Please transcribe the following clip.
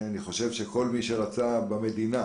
אני חושב שכל מי שרצה במדינה,